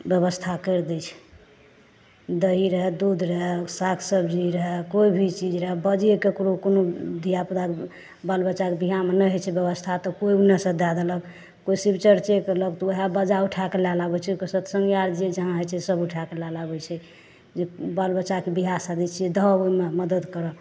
ब्यवस्था करि दै छै दही रहए दूध रहए साग सबजी रहए कोइ भी चीज रहए बजियै ककरो कोनो धिआपुता बाल बच्चाके धिआनमे नहि होइ छै ब्यवस्था तऽ केओ ओन्ने से दए देलक केओ शिव चर्चे करलक तऽ ओहए बजा उठाके लए लाबै छै तऽ सतसङ्गे आर जे जहाँ होइ छै से सब उठाके लए लाबै छै जे बाल बच्चाके बिआह शादी छियै धऽ कऽ ओहिमे मदद करत